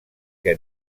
que